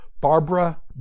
Barbara